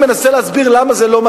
יש נציבות, בוא נשב בלשכת יושב-ראש